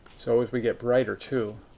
so if we get brighter too.